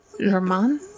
German